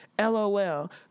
LOL